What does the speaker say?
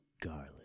Garlic